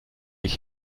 ich